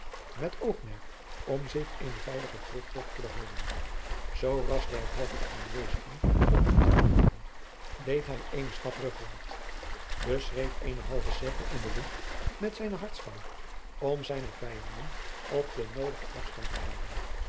met oogmerk om zich eenen veiligen terugtocht te behouden zooras derhalve de aanwezigen op hem aftraden deed hij eenen stap rugwaart beschreef eenen halven cirkel in de lucht met zijnen hartsvanger om zijne vijanden op den noodigen afstand te houden